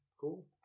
Cool